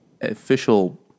official